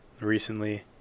recently